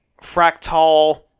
Fractal